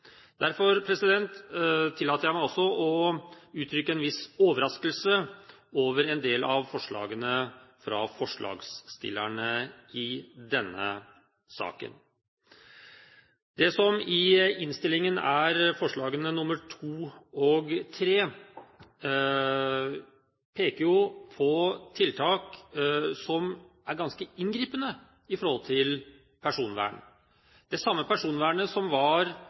tillater jeg meg også å uttrykke en viss overraskelse over en del av forslagene fra forslagsstillerne i denne saken. Det som i innstillingen er forslag nr. 2 og 3, peker jo på tiltak som er ganske inngripende med hensyn til personvern – det samme personvernet som var